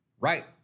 right